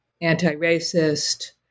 anti-racist